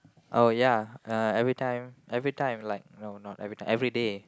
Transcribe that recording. oh yeah uh everytime everytime like no not everytime everyday